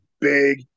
big